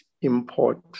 import